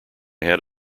had